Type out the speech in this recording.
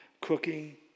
cooking